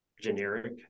generic